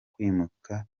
kwimika